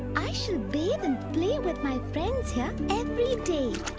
i shall bathe and play with my friends here every day.